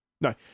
No